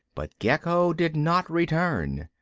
but gecco did not return,